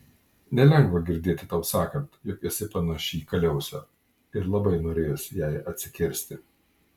nelengva girdėti tau sakant jog esi panaši į kaliausę ir labai norėjosi jai atsikirsti